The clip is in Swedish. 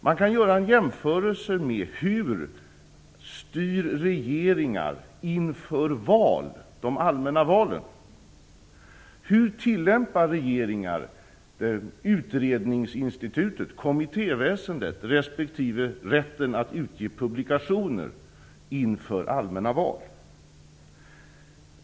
Man kan göra en jämförelse med hur regeringar styr inför de allmänna valen. Hur tillämpar regeringar Utredningsinstitutet, kommittéväsendet respektive rätten att utge publikationer inför allmänna val?